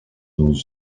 nos